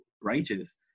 righteous